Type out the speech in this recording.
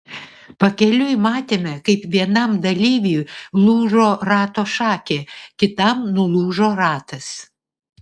pakeliui matėme kaip vienam dalyviui lūžo rato šakė kitam nulūžo ratas